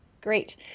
Great